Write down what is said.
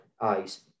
eyes